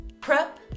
Prep